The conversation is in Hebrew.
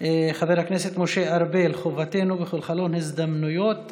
חבר הכנסת משה ארבל: חובתנו בכל חלון הזדמנויות,